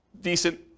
decent